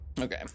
Okay